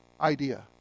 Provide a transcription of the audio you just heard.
idea